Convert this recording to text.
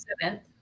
seventh